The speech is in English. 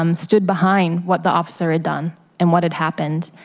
um stood behind what the officer had done and what had happened,